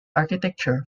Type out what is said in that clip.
architecture